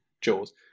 Jaws